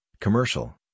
commercial